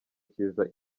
cyiza